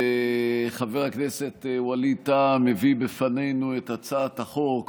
וחבר הכנסת ווליד טאהא מביא בפנינו את הצעת החוק,